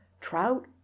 Trout